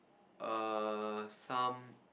err some